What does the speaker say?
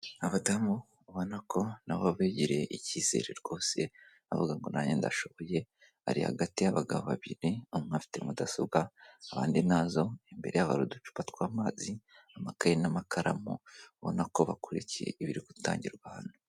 Abadamu ubona ko nabo bigiriye icyizere rwose bavuga ngo nanjye ndashoboye bari hagati y'abagabo babiri, umwe afite mudasobwa abandi ntazo imbere yaba hari uducupa tw'amazi amakayi n'amakaramu ubona ko bakurikiye ibiri gutangirwa hano.